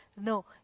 No